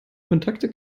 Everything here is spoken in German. kontakte